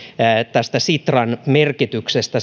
tästä sitran merkityksestä